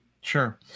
Sure